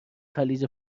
خلیج